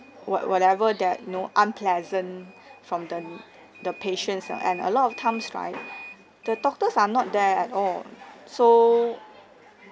what whatever that you know unpleasant from the the patients uh and a lot of times right the doctors are not there at all so